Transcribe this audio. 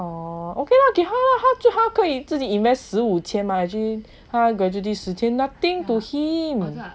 oh okay lah 给他他就可以自己 invest 十五千 mah actually gratuity 十千 nothing to hint